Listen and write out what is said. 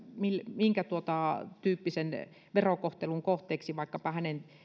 minkätyyppisen verokohtelun kohteeksi vaikkapa hänen